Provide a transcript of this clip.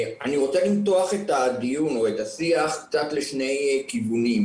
אני רוצה למתוח את הדיון או את השיח קצת לשני כיוונים.